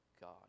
God